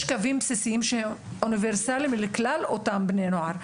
יש קווים בסיסיים שהם אוניברסליים לכלל אותם בני נוער,